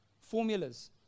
formulas